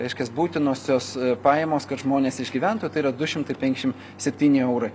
reiškias būtinosios pajamos kad žmonės išgyventų tai yra du šimtai penkšim septyni eurai